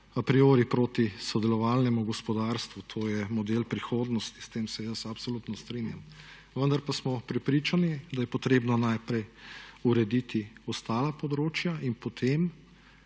a priori proti sodelovalnemu gospodarstvu, to je model prihodnosti, s tem se jaz absolutno strinjam. Vendar pa smo prepričani, da je potrebno najprej urediti ostala področja in potem